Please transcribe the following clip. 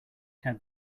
had